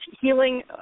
healing